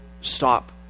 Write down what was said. stop